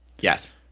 yes